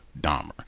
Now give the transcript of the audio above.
Dahmer